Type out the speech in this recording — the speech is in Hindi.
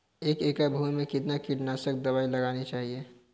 एक एकड़ भूमि में कितनी कीटनाशक दबाई लगानी चाहिए?